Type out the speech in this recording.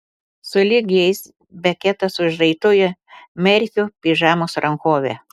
sulig jais beketas užraitojo merfio pižamos rankovę